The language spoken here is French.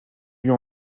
lieu